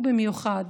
ובייחוד